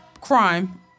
crime –